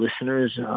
listeners